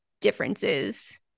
differences